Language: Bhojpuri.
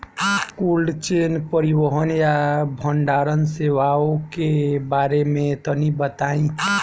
कोल्ड चेन परिवहन या भंडारण सेवाओं के बारे में तनी बताई?